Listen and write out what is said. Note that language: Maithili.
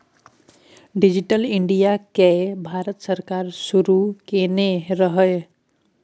डिजिटल इंडिया केँ भारत सरकार शुरू केने रहय